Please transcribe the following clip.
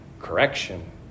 correction